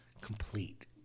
Complete